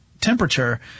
temperature